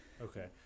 okay